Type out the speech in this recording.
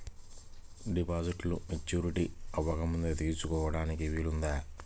డిపాజిట్ను మెచ్యూరిటీ అవ్వకముందే తీసుకోటానికి వీలుందా?